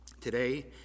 Today